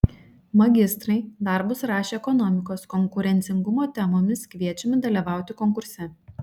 magistrai darbus rašę ekonomikos konkurencingumo temomis kviečiami dalyvauti konkurse